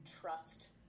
trust